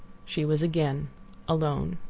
she was again alone.